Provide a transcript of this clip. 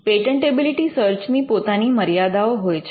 patentability search ની પોતાની મર્યાદાઓ હોય છે